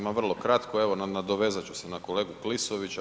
Ma vrlo kratko, evo nadovezat ću se na kolegu Klisovića.